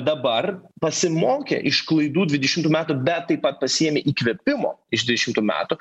dabar pasimokė iš klaidų dvidešimtų metų bet taip pat pasiėmė įkvėpimo iš dvidešimtų metų